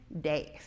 days